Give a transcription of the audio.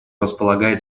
располагает